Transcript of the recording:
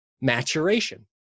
maturation